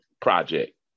project